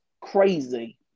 Crazy